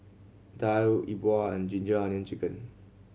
daal E Bua and Ginger Onions Chicken